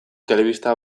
telebista